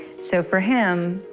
so for him,